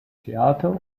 theater